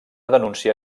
denúncia